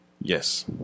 Yes